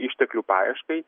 išteklių paieškai